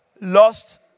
lost